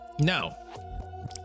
no